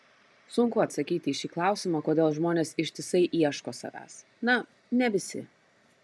sunku atsakyti į šį klausimą kodėl žmonės ištisai ieško savęs na ne visi